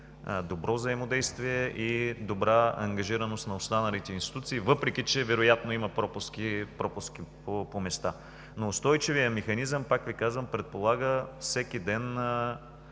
добро взаимодействие и добра ангажираност на останалите институции, въпреки че вероятно има пропуски по места. Устойчивият механизъм, повтарям, предполага всеки ден